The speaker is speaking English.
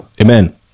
Amen